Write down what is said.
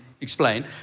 explain